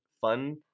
fun